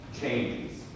changes